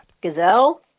Gazelle